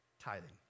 Tithing